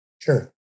Sure